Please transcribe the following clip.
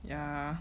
yeah